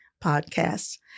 podcasts